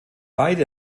beide